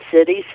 cities